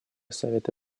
совета